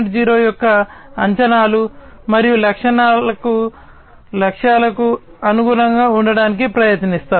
0 యొక్క అంచనాలు మరియు లక్ష్యాలకు అనుగుణంగా ఉండటానికి ప్రయత్నిస్తారు